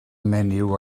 menyw